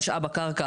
משאב הקרקע